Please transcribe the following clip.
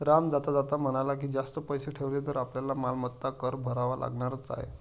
राम जाता जाता म्हणाला की, जास्त पैसे ठेवले तर आपल्याला मालमत्ता कर भरावा लागणारच आहे